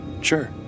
Sure